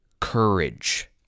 courage